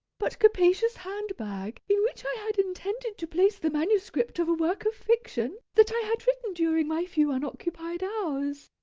but capacious hand-bag in which i had intended to place the manuscript of a work of fiction that i had written during my few unoccupied hours.